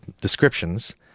descriptions